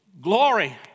Glory